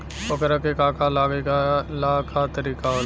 ओकरा के का का लागे ला का तरीका होला?